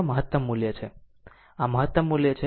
આ મહત્તમ મૂલ્ય છે આ મહત્તમ મૂલ્ય છે